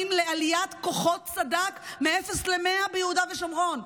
לעליית כוחות סד"כ מאפס למאה ביהודה ושומרון.